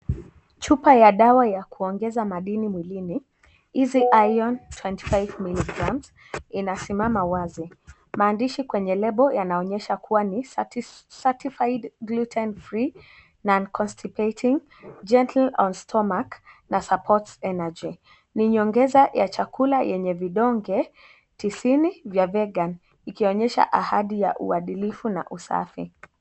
Chupa ya dawa ya kuongeza madini mwilini, easy iron 25mg .Inasimama wazi. Maandishi kwenye label ,yanaonyesha kuwa ni certis, certified glitten free, non contspating, gentle on stomach na support energy .Ni nyongeza ya chakula, yenye vidonge ,tisini ya vegan .Ikionyesha ahadi ya uadilifu na usafi.